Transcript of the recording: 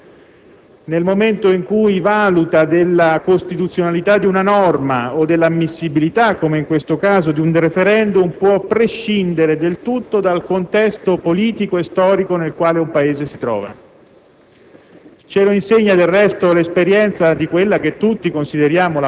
Nessuna Corte suprema, nessuna Corte costituzionale, nel momento in cui valuta la costituzionalità di una norma o, come in questo caso, l'ammissibilità di un *referendum*, può prescindere del tutto dal contesto politico e storico nel quale un Paese si trova.